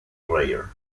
prayer